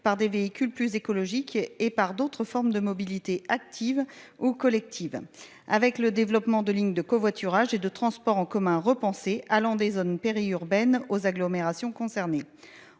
par de plus écologiques et de faire appel à d'autres formes de mobilité, actives ou collectives, notamment avec le développement de lignes de covoiturage et de transports en commun repensés, allant des zones périurbaines aux agglomérations concernées.